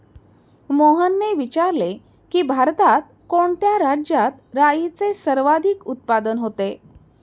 मोहनने विचारले की, भारतात कोणत्या राज्यात राईचे सर्वाधिक उत्पादन होते?